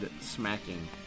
smacking